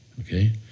okay